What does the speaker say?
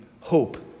hope